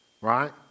Right